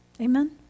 Amen